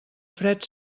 fred